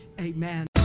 Amen